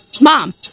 Mom